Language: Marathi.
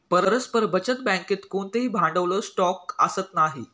परस्पर बचत बँकेत कोणतेही भांडवल स्टॉक असत नाही